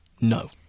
no